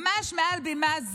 ממש מעל בימה זו.